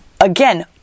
again